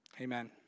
amen